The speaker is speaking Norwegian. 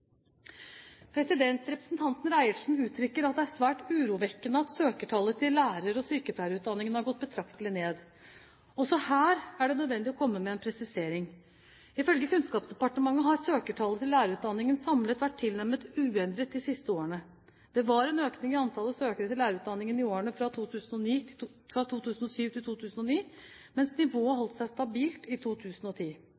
Representanten Reiertsen gir uttrykk for at det er svært urovekkende at søkertallene til lærer- og sykepleierutdanningen har gått betraktelig ned. Også her er det nødvendig å komme med en presisering. Ifølge Kunnskapsdepartementet har søkertallet til lærerutdanningene samlet vært tilnærmet uendret de siste årene. Det var en økning i antallet søkere til lærerutdanningene i årene fra 2007 til 2009, mens nivået